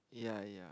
ya ya